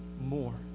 more